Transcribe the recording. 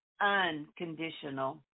unconditional